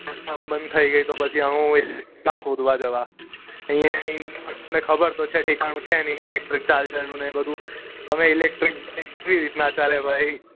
રસ્તામાં બંધ થઈ ગઈ તો હવે ક્યાં ગોતવા જવા અહીંયા તમને ખબર તો છે ઠેકાણું છે નહીં ઇલેક્ટ્રિક ચાર્જરનું ને એ બધું હવે ઇલેક્ટ્રિક બાઇક કઈ રીતના ચાલે ભાઈ